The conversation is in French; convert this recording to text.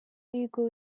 ugo